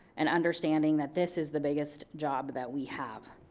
and understanding that this is the biggest job that we have.